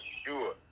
sure